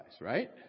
right